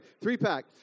three-pack